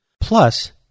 plus